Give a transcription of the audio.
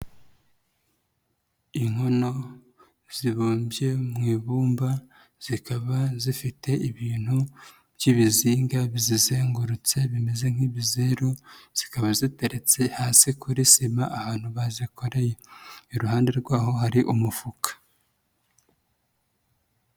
Inkono zibumbye mu ibumba, zikaba zifite ibintu by'ibizinga bizizengurutse bimeze nk'ibizeru, zikaba ziteretse hasi kuri sima ahantu bazikoreye. Iruhande rwaho hari umufuka.